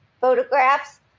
photographs